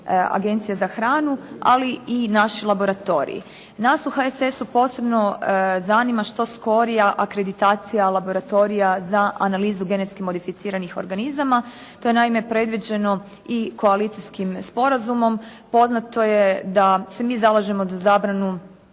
Agencija za hranu, ali i naši laboratoriji. Nas u HSS-u posebno zanima što skorija akreditacija laboratorija za analizu genetski modificiranih organizama. To je naime predviđeno i koalicijskim sporazumom. Poznato je da se mi zalažemo za zabranu